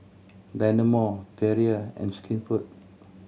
Dynamo Perrier and Skinfood